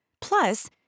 Plus